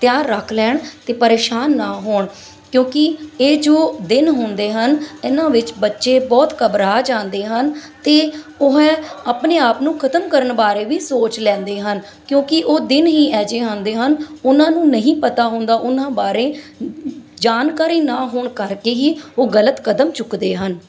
ਤਿਆਰ ਰੱਖ ਲੈਣ ਅਤੇ ਪਰੇਸ਼ਾਨ ਨਾ ਹੋਣ ਕਿਉਂਕਿ ਇਹ ਜੋ ਦਿਨ ਹੁੰਦੇ ਹਨ ਇਹਨਾਂ ਵਿੱਚ ਬੱਚੇ ਬਹੁਤ ਘਬਰਾ ਜਾਂਦੇ ਹਨ ਅਤੇ ਉਹ ਹੈ ਆਪਣੇ ਆਪ ਨੂੰ ਖਤਮ ਕਰਨ ਬਾਰੇ ਵੀ ਸੋਚ ਲੈਂਦੇ ਹਨ ਕਿਉਂਕਿ ਉਹ ਦਿਨ ਹੀ ਇਹੋ ਜਿਹੇ ਆਉਂਦੇ ਹਨ ਉਹਨਾਂ ਨੂੰ ਨਹੀਂ ਪਤਾ ਹੁੰਦਾ ਉਹਨਾਂ ਬਾਰੇ ਜਾਣਕਾਰੀ ਨਾ ਹੋਣ ਕਰਕੇ ਹੀ ਉਹ ਗਲਤ ਕਦਮ ਚੁੱਕਦੇ ਹਨ